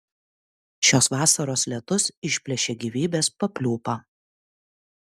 šios vasaros lietus išplėšė gyvybės papliūpą